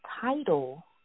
title